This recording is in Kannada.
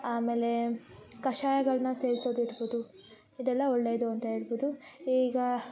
ಆಮೇಲೆ ಕಷಾಯಗಳನ್ನ ಸೇವಿಸೋದು ಇರ್ಬೋದು ಇದೆಲ್ಲ ಒಳ್ಳೆಯದು ಅಂತ ಹೇಳ್ಬೋದು ಈಗ